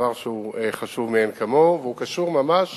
דבר שהוא חשוב מאין כמוהו והוא קשור ממש